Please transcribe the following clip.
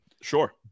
Sure